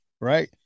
Right